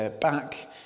back